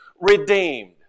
redeemed